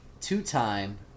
two-time